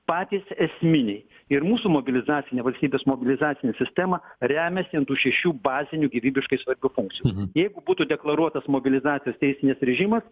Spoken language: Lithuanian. patys esminiai ir mūsų mobilizacinė valstybės mobilizacinė sistema remiasi ant tų šešių bazinių gyvybiškai svarbių funkcijų jeigu būtų deklaruotas mobilizacijos teisinis režimas